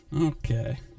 Okay